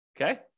Okay